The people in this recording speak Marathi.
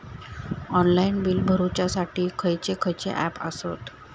ऑनलाइन बिल भरुच्यासाठी खयचे खयचे ऍप आसत?